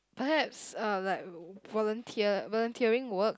perhaps uh like volunteer like volunteering work